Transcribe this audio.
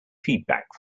feedback